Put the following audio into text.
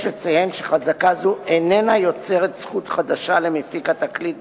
יש לציין שחזקה זו איננה יוצרת זכות חדשה למפיק התקליט